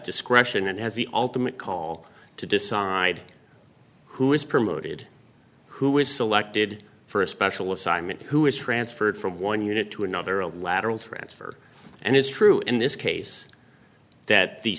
discretion and has the ultimate call to decide who is promoted who is selected for a special assignment who is transferred from one unit to another a lateral transfer and it's true in this case that the